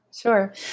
Sure